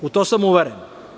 U to sam uveren.